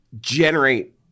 generate